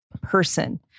person